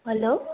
hello